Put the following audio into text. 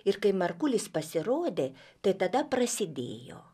ir kai markulis pasirodė tai tada prasidėjo